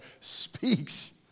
speaks